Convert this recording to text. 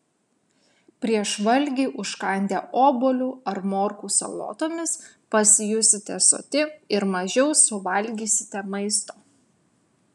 prieš valgį užkandę obuoliu ar morkų salotomis pasijusite soti ir mažiau suvalgysite maisto